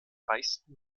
reichsten